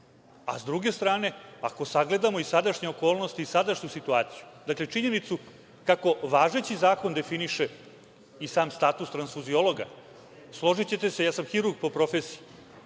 S druge strane, ako sagledamo i sadašnje okolnosti i sadašnju situaciju, dakle, činjenicu kako važeći zakon definiše i sam status transfuziologa, složićete se, ja sam hirurg po profesiji,